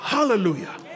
Hallelujah